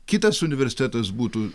kitas universitetas būtų